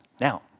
Now